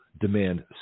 demand